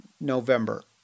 November